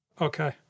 Okay